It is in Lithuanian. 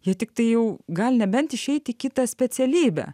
jie tiktai jau gali nebent išeiti į kitą specialybę